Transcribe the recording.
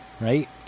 right